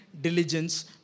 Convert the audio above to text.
diligence